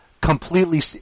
completely